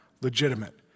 legitimate